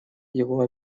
его